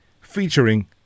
featuring